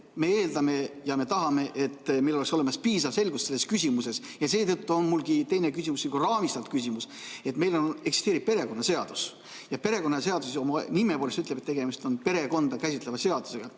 me eeldame ja me tahame, et meil oleks piisav selgus selles küsimuses. Seetõttu on minu teine küsimus kui raamistatud küsimus. Meil eksisteerib perekonnaseadus ja perekonnaseaduse nimi ütleb, et tegemist on perekonda käsitleva seadusega.